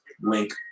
link